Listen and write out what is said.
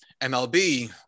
MLB